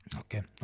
okay